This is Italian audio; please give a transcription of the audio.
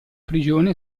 prigione